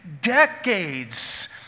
decades